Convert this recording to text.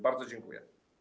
Bardzo dziękuję.